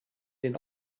den